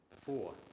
Four